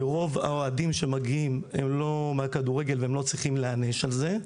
רוב האוהדים שמגיעים הם לא מהכדורגל והם לא צריכים להיענש על זה,